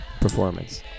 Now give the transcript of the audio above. performance